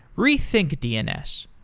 rethink dns,